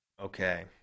okay